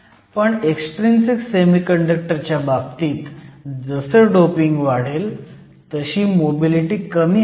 पण extrinsic semiconductor च्या बाबतीत जसं डोपिंग वाढेल तशी मोबिलिटी कमी होते